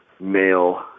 male